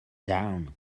down